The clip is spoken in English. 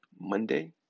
Monday